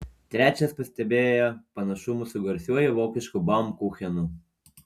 trečias pastebėjo panašumų su garsiuoju vokišku baumkuchenu